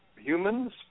humans